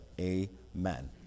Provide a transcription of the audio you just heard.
amen